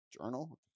journal